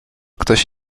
ktoś